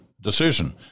Decision